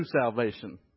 salvation